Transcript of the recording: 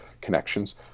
connections